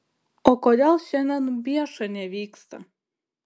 o kodėl šiandien bieša nevyksta